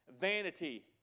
vanity